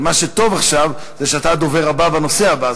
אבל מה שטוב עכשיו זה שאתה הדובר הבא בנושא הבא,